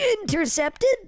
intercepted